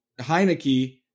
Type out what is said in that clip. Heineke